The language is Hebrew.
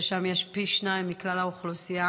ששם יש פי שניים מכלל האוכלוסייה